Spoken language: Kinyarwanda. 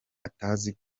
atazi